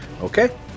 Okay